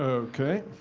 ok.